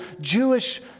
Jewish